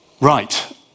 Right